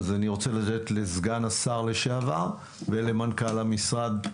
אני רוצה לתת את רשות הדיבור לסגן השר ומנכ״ל המשרד לשעבר.